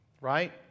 Right